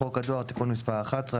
- חוק הדואר (תיקון מס' 11),